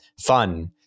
fun